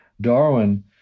Darwin